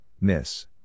miss